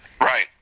Right